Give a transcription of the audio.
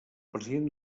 president